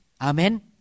Amen